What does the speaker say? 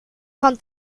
kan